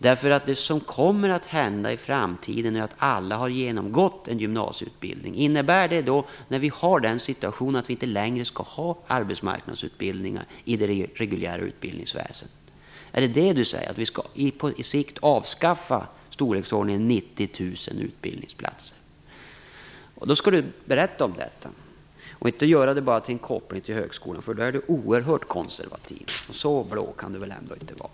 Det som kommer att hända i framtiden är att alla har genomgått en gymnasieutbildning. Innebär det att vi inte längre skall ha arbetsmarknadsutbildningar i det reguljära utbildningsväsendet när vi har fått den situationen? Är det detta som Ulf Melin säger? Skall vi på sikt avskaffa ca 90 000 utbildningsplatser? Om det är så, skall Ulf Melin berätta om detta och inte bara göra denna koppling till högskolan för då är han oerhört konservativ. Och så blå kan han väl ändå inte vara?